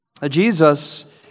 Jesus